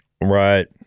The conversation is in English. right